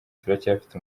turacyafite